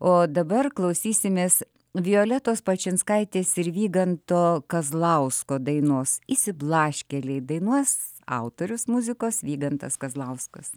o dabar klausysimės violetos palčinskaitės ir vyganto kazlausko dainos išsiblaškėliai dainuos autorius muzikos vygantas kazlauskas